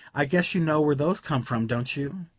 i guess you know where those come from, don't you?